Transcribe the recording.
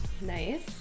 Nice